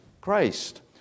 Christ